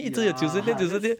ya that's